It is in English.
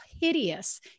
hideous